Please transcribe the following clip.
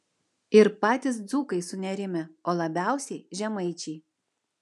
ir patys dzūkai sunerimę o labiausiai žemaičiai